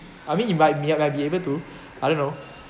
I mean if I I'm be I'm be able to I don't know